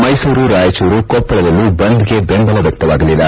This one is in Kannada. ಮೈಸೂರುರಾಯಚೂರುಕೊಪ್ಪಳದಲ್ಲೂ ಬಂದ್ಗೆ ಬೆಂಬಲ ವಕ್ಷವಾಗಲಿಲ್ಲ